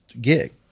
gig